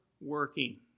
working